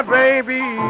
baby